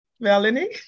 Melanie